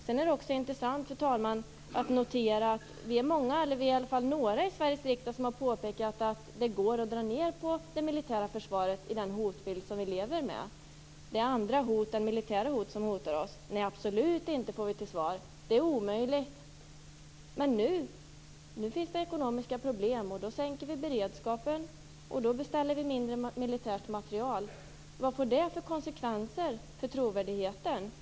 Det är också intressant att notera, fru talman, att vi är några i Sveriges riksdag som har påpekat att det går att dra ned på det militära försvaret såsom hotbilden nu ser ut. De hot som finns mot landet är andra än de militära. Det svar som vi får är: Nej, absolut inte, det är omöjligt. Men när det nu uppstår ekonomiska problem sänks beredskapen, och det beställs mindre av militärt materiel. Vilka konsekvenser får det för trovärdigheten?